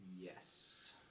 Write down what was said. Yes